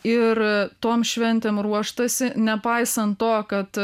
ir tom šventėm ruoštasi nepaisant to kad